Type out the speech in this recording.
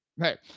Hey